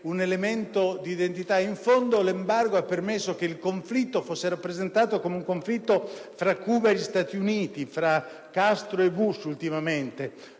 un elemento di identità. In fondo, l'embargo ha permesso che il conflitto fosse rappresentato come tra Cuba e Stati Uniti, tra Castro e Bush ultimamente,